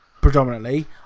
predominantly